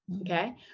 Okay